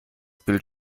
bild